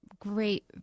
great